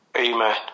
Amen